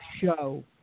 show